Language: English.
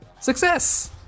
Success